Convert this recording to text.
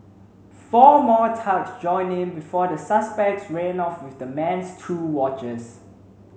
four more thugs joined in before the suspects ran off with the man's two watches